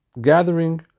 gathering